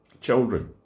children